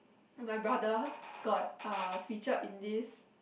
my brother got uh featured in this